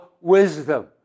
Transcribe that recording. wisdom